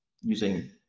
using